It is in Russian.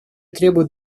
требуют